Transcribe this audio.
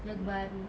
lagu baru